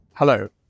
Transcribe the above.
Hello